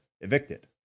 evicted